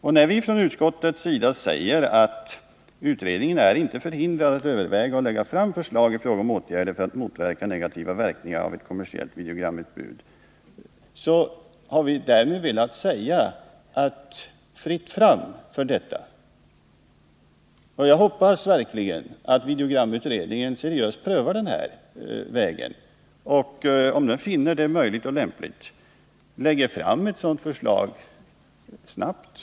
Och när vi från utskottets sida säger att utredningen inte är förhindrad att överväga och lägga fram förslag till åtgärder för att motverka negativa verkningar av kommersiellt videogramutbud har vi därmed velat förklara att det är fritt fram för att pröva även de åtgärder som föreslås i vpk-motionen. Jag hoppas verkligen att videogramutredningen seriöst prövar den här saken och att man, om man finner det möjligt och lämpligt, lägger fram ett sådant förslag snabbt.